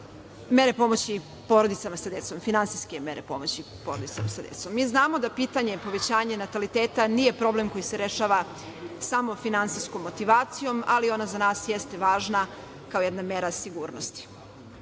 Marković podržavati finansijske mere pomoći porodicama sa decom. Znamo da pitanje povećanja nataliteta nije problem koji se rešava samo finansijskom motivacijom ali ona za nas jeste važna, kao jedna mera sigurnosti.